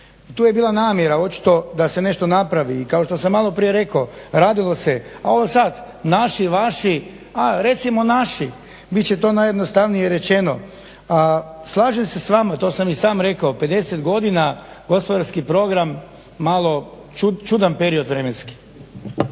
Tu je bila namjera očito da se nešto napravi i kao što sam malo prije rekao radilo se. A ovo sad, naši i vaši, a recimo naši bit će to najjednostavnije rečeno. Slažem se s vam to sam i rekao 50 godina gospodarski program malo čudan vremenski